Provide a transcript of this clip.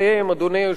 אדוני היושב-ראש,